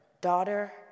daughter